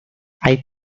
hay